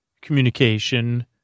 communication